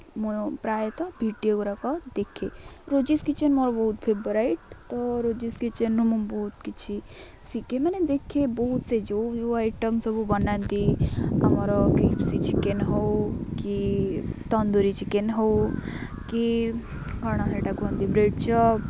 ମୁଁ ପ୍ରାୟତଃ ଭିଡ଼ିଓଗୁଡ଼ାକ ଦେଖେ ରୋଜିସ୍ କିଚେନ୍ ମୋର ବହୁତ ଫେବରାଇଟ୍ ତ ରୋଜିସ୍ କିଚେନ୍ରୁ ମୁଁ ବହୁତ କିଛି ଶିିଖେ ମାନେ ଦେଖେ ବହୁତ ସେ ଯେଉଁ ଯେଉଁ ଆଇଟମ୍ ସବୁ ବନାନ୍ତି ଆମର କେ ଏଫ୍ ସି ଚିକେନ୍ ହେଉ କି ତନ୍ଦୁୁରୀ ଚିକେନ୍ ହେଉ କି କ'ଣ ସେଇଟା କୁହନ୍ତି ବ୍ରେଡ଼୍ ଚପ୍